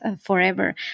forever